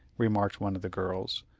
remarked one of the girls.